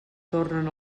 tornen